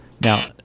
Now